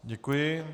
Děkuji.